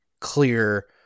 clear